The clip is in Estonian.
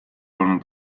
olnud